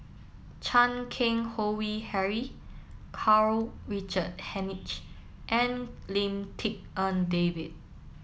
Chan Keng Howe Harry Karl Richard Hanitsch and Lim Tik En David